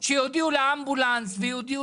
אנחנו מבקשים שיודיעו לאמבולנס ויודיעו